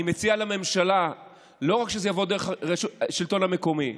אני מציע לממשלה שזה לא יבוא רק דרך השלטון המקומי,